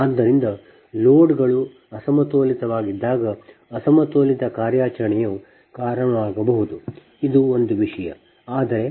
ಆದ್ದರಿಂದ ಲೋಡ್ಗಳು ಅಸಮತೋಲಿತವಾಗಿದ್ದಾಗ ಅಸಮತೋಲಿತ ಕಾರ್ಯಾಚರಣೆಯು ಕಾರಣವಾಗಬಹುದು ಇದು ಒಂದು ವಿಷಯ